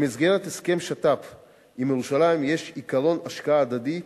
במסגרת הסכם שיתוף פעולה עם ירושלים יש עקרון השקעה הדדי.